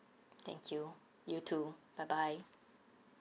thank you you too bye bye